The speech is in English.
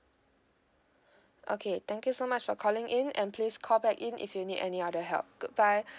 okay thank you so much for calling in and please call back in if you need any other help goodbye